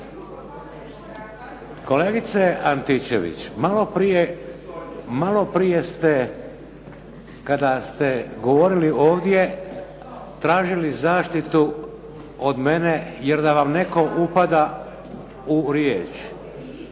Kolegice Antičević, malo prije ste kada ste govorili ovdje tražili zaštitu od mene jer da vam netko upada u riječ,